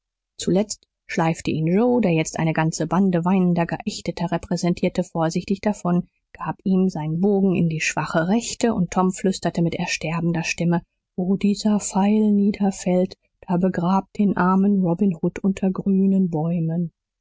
zuletzt schleifte ihn joe der jetzt eine ganze bande weinender geächteter repräsentierte vorsichtig davon gab ihm seinen bogen in die schwache rechte und tom flüsterte mit ersterbender stimme wo dieser pfeil niederfällt da begrabt den armen robin hood unter grünen bäumen